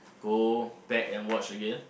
go back and watch again